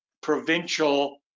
provincial